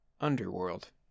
Underworld